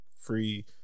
Free